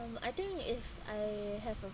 um I think if I have a